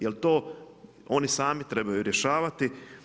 Jel to oni sami trebaju rješavati.